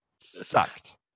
sucked